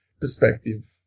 perspective